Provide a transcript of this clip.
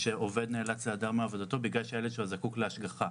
שעובד נאלץ להעדר מעבודתו בגלל שהילד שלו זקוק להשגחה.